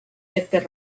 hetkel